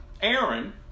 Aaron